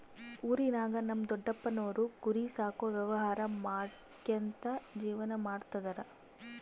ಊರಿನಾಗ ನಮ್ ದೊಡಪ್ಪನೋರು ಕುರಿ ಸಾಕೋ ವ್ಯವಹಾರ ಮಾಡ್ಕ್ಯಂತ ಜೀವನ ಮಾಡ್ತದರ